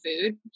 food